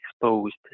exposed